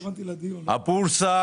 הבורסה